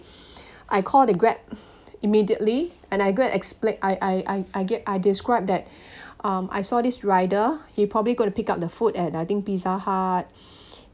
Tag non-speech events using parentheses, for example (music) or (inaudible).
I call the grab immediately and I go and expla~ I I I get I describe that um I saw this rider he probably gonna pick up the food at I think pizza hut (breath)